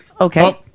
Okay